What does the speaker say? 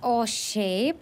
o šiaip